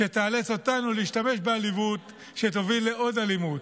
שתאלץ אותנו להשתמש באלימות, שתביא לעוד אלימות,